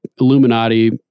Illuminati